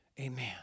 Amen